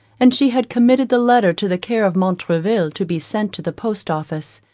and she had committed the letter to the care of montraville to be sent to the post office,